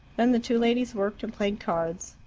then the two ladies worked and played cards.